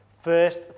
First